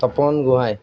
Tapan Gohain